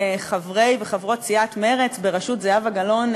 חברי וחברות סיעת מרצ בראשות זהבה גלאון,